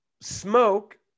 smoke